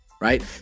right